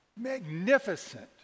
magnificent